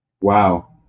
Wow